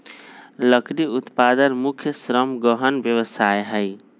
लकड़ी उत्पादन मुख्य श्रम गहन व्यवसाय हइ